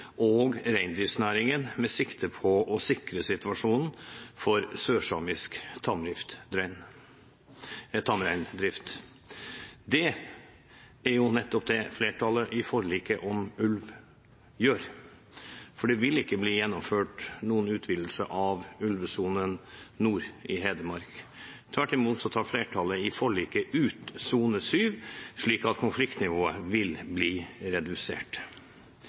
og reindriften med sikte på å sikre situasjonen for sørsamisk tamreindrift.» Det er nettopp det flertallet i forliket om ulv gjør, for det vil ikke bli gjennomført noen utvidelse av ulvesonen nord i Hedmark. Tvert imot tar flertallet i forliket ut sone 7, slik at konfliktnivået vil bli redusert.